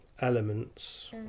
elements